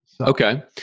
Okay